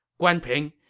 guan ping,